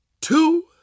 two